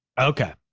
okay.